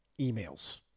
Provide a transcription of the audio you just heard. emails